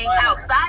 outside